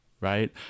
Right